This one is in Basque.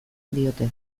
diote